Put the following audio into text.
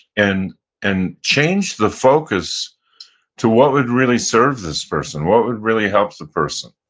and and change the focus to what would really serve this person, what would really help the person?